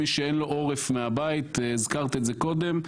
מי שאין לו עורף מהבית והזכרת את קודם,